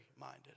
minded